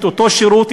את אותו שירות,